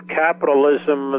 capitalism